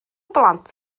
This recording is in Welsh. blant